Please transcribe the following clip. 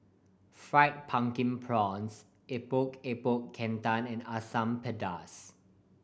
Fried Pumpkin Prawns Epok Epok Kentang and Asam Pedas